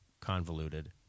convoluted